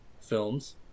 films